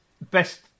best